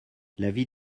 l’avis